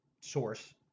source